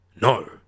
no